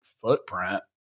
footprint